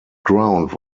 ground